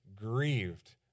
grieved